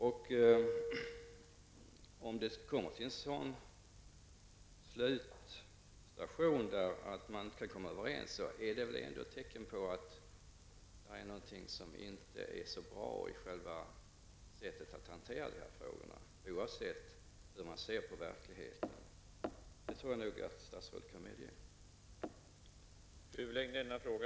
Om man nu inte kan komma fram till en slutstation där man är överens, är det väl tecken på att det är någonting som inte är så bra i själva sättet att hantera dessa frågor, oavsett hur vi ser på verkligheten. Det tror jag nog att statsrådet kan medge.